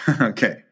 Okay